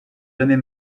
jamais